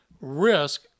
risk